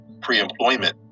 pre-employment